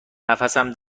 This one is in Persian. نفسم